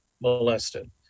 molested